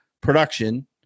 production